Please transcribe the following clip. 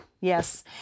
Yes